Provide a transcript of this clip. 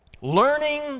learning